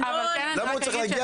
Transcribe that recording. למה הוא צריך להגיע